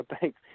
thanks